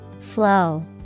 Flow